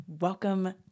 welcome